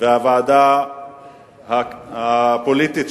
והוועדה הפוליטית,